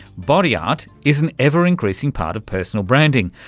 body art is an ever increasing part of personal branding.